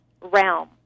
realm